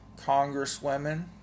congresswomen